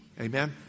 Amen